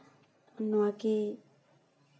ᱱᱚᱣᱟ ᱠᱤ